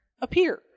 appear